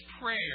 prayer